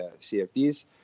cfds